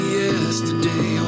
yesterday